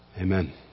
Amen